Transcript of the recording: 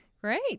Great